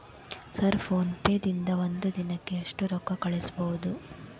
Sir PhonePe ದಿಂದ ಒಂದು ದಿನಕ್ಕೆ ಎಷ್ಟು ರೊಕ್ಕಾ ಕಳಿಸಬಹುದು?